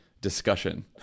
discussion